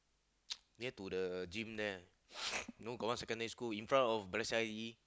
near to the gym there you know got one secondary school in front of Balestier I_T_E